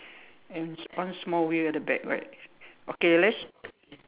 and one small wheel at the back right okay let's